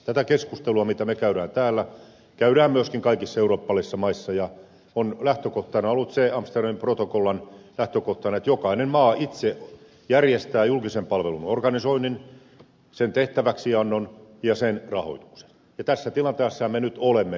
tätä keskustelua mitä me käymme täällä käydään myöskin kaikissa eurooppalaisissa maissa ja lähtökohtana on ollut se amsterdamin protokollan lähtökohtana että jokainen maa itse järjestää julkisen palvelun organisoinnin sen tehtäväksiannon ja sen rahoituksen ja tässä tilanteessa me nyt olemme